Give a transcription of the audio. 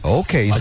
okay